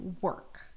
work